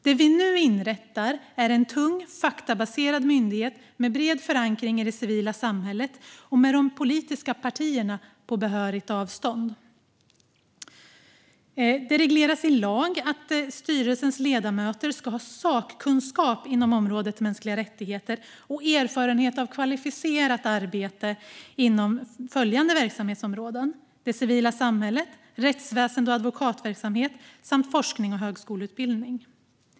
Det vi nu inrättar är en tung, faktabaserad myndighet med bred förankring i det civila samhället och med de politiska partierna på behörigt avstånd. Det regleras i lag att styrelsens ledamöter ska ha sakkunskap inom området mänskliga rättigheter och erfarenhet av kvalificerat arbete inom följande verksamhetsområden: det civila samhället, rättsväsen och advokatverksamhet samt forskning och högskoleutbildning.